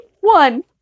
one